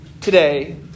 today